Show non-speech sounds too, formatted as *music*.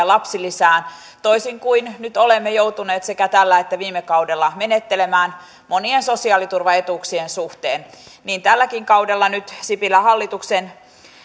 *unintelligible* lapsilisään toisin kuin nyt olemme joutuneet sekä tällä että viime kaudella menettelemään monien sosiaaliturvaetuuksien suhteen niin tälläkin kaudella nyt sipilän hallituksen